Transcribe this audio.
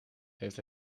heeft